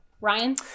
Ryan